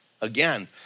again